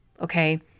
Okay